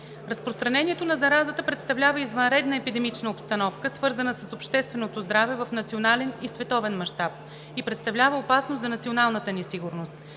Разпространението на заразата представлява извънредна епидемична обстановка, свързана с общественото здраве в национален и световен мащаб, и представлява опасност за националната ни сигурност.